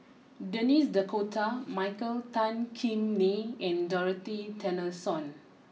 Denis D Cotta Michael Tan Kim Nei and Dorothy Tessensohn